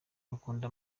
akunda